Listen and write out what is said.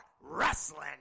Wrestling